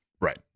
Right